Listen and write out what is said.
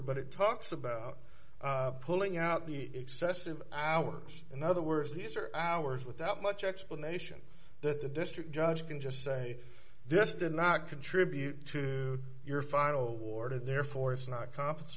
but it talks about pulling out the excessive hours in other words these are hours without much explanation that the district judge can just say this did not contribute to your final warded therefore it's not compet